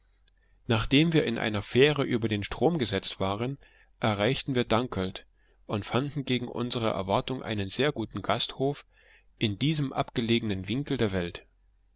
nachdem wir in einer fähre über den strom gesetzt waren erreichten wir dunkeld und fanden gegen unsere erwartung einen sehr guten gasthof in diesem abgelegenen winkel der welt